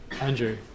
Andrew